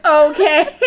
okay